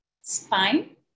spine